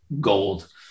gold